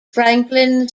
franklin